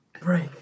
break